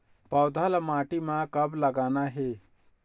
पौधा ला माटी म कब लगाना हे?